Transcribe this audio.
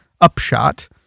upshot